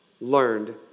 learned